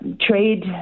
trade